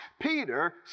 Peter